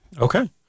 Okay